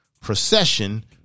procession